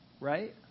right